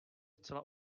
zcela